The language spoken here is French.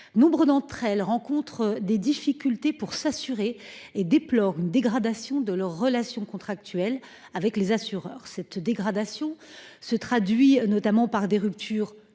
Nombre d’entre elles connaissent des difficultés pour s’assurer et déplorent une dégradation de leurs relations contractuelles avec les assureurs. Cette dégradation se traduit par des ruptures